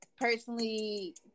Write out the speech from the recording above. personally